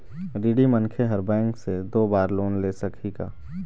ऋणी मनखे हर बैंक से दो बार लोन ले सकही का?